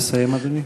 נא לסיים, אדוני.